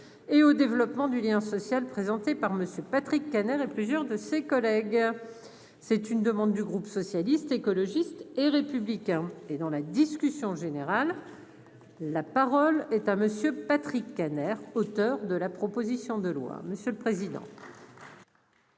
et au développement du lien social, présenté par Monsieur Patrick Kanner, et plusieurs de ses collègues, c'est une demande du groupe socialiste, écologiste et républicain et dans la discussion générale, la parole est à monsieur Patrick Kanner, auteur de la proposition de loi, Monsieur le Président.